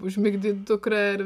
užmigdyt dukrą ir